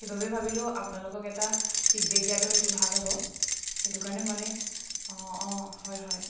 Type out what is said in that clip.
সেইবাবে ভাবিলোঁ আপোনালোকক এটা ফিডবে'ক দিয়াটো সেইটো ভাল হ'ব সেইটো কাৰণে মানে অঁ অঁ হয় হয়